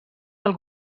del